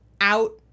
out